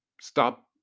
stop